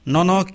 Nono